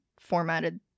formatted